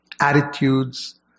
attitudes